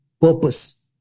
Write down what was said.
purpose